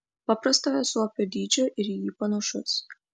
paprastojo suopio dydžio ir į jį panašus